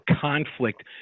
conflict